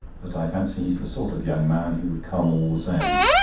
but i fancy he is the sort of young man who would come all the same.